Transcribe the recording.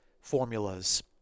formulas